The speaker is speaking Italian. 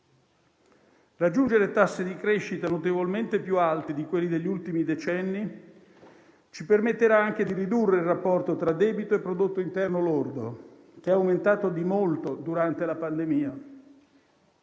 Raggiungere tassi di crescita notevolmente più alti di quelli degli ultimi decenni ci permetterà anche di ridurre il rapporto tra debito e prodotto interno lordo, che è aumentato di molto durante la pandemia,